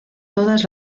todas